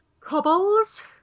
cobbles